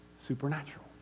supernatural